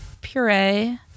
puree